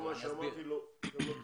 לאור מה שאמרתי לא, אתם לא תלויים.